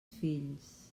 fills